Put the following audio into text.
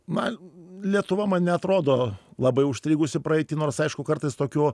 man lietuva man neatrodo labai užstrigusi praeity nors aišku kartais tokių